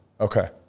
Okay